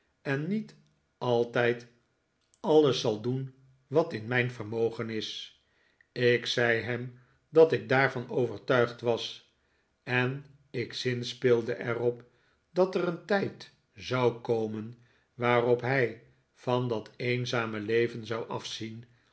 en niet altijd alles zal doen wat in mijn vermogen is ik zei hem dat ik daarvan overtuigd was en ik zinspeelde er op dat er een tijd zou komen waarop hij van dat eenzame leven zou afzien